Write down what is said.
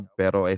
pero